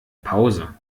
pause